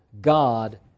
God